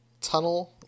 tunnel